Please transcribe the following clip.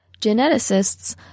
Geneticists